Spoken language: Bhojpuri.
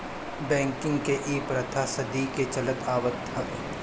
बैंकिंग के इ प्रथा सदी के चलत आवत हवे